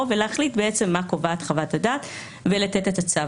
ולהחליט מה קובעת חוות הדעת ולתת את הצו.